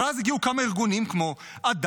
אבל אז הגיעו כמה ארגונים כמו עדאלה,